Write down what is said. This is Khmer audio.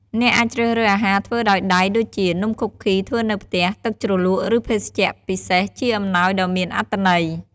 អ្នកអាចជ្រើសរើសអាហារធ្វើដោយដៃ ដូចជា នំខូឃីធ្វើនៅផ្ទះ ទឹកជ្រលក់ ឬភេសជ្ជៈពិសេស ជាអំណោយដ៏មានអត្ថន័យ។